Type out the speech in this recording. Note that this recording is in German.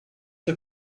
der